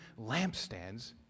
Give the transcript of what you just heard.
lampstands